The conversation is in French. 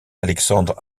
alexandre